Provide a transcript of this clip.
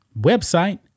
website